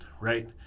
right